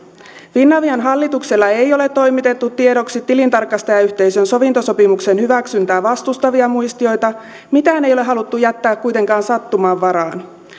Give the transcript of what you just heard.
finavian hallitukselle ei ole toimitettu tiedoksi tilintarkastajayhteisön sovintosopimuksen hyväksyntää vastustavia muistioita mitään ei ole haluttu jättää sattuman varaan